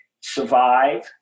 survive